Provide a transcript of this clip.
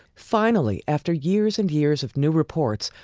finally, after years and years of new reports,